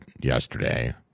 yesterday